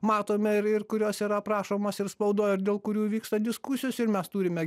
matome ir ir kurios yra aprašomos ir spaudoj ir dėl kurių vyksta diskusijos ir mes turime